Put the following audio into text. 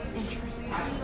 interesting